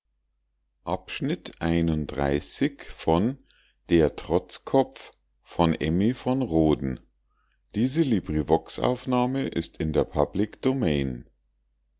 der trotzkopf der